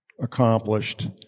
accomplished